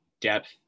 depth